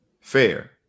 fair